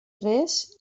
res